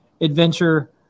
adventure